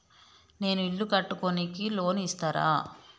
నేను ఇల్లు కట్టుకోనికి లోన్ ఇస్తరా?